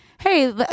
hey